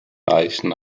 eichen